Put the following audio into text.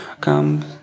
come